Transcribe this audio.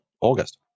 August